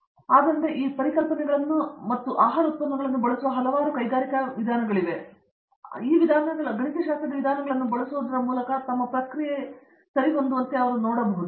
ಅರಂದಾಮ ಸಿಂಗ್ ಆದ್ದರಿಂದ ಈ ಪರಿಕಲ್ಪನೆಗಳನ್ನು ಮತ್ತು ಆಹಾರ ಉತ್ಪನ್ನಗಳನ್ನು ಬಳಸುವ ಹಲವು ಕೈಗಾರಿಕೆಗಳು ಈ ವಿಧಾನಗಳನ್ನು ಬಳಸುವುದರ ಮೂಲಕ ತಮ್ಮ ಪ್ರಕ್ರಿಯೆಯನ್ನು ಹೊಂದುವಂತೆ ಮಾಡಬಹುದು ಆದರೆ ಅವುಗಳನ್ನು ಕೇಳಬೇಡಿ